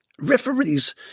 referees